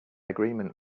agreement